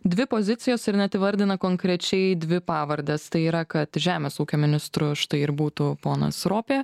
dvi pozicijos ir net įvardina konkrečiai dvi pavardes tai yra kad žemės ūkio ministru štai ir būtų ponas ropė